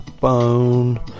phone